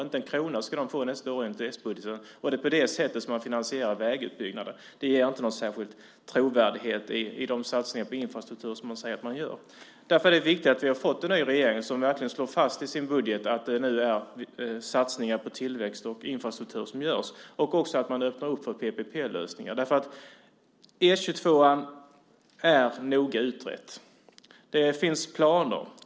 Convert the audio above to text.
Inte en krona ska de få nästa år, enligt s-budgeten. Det är på det sättet som man finansierar vägutbyggnader. Det ger inte någon särskild trovärdighet i de satsningar på infrastruktur som man säger att man gör. Därför är det viktigt att vi har fått en ny regering som verkligen slår fast i sin budget att det nu är satsningar på tillväxt och infrastruktur som görs, också att man öppnar upp för PPP-lösningar. E 22:an är noga utredd. Det finns planer.